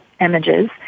images